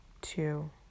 two